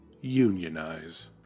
unionize